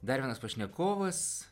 dar vienas pašnekovas